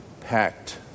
packed